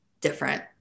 different